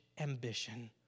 ambition